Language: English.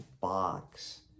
box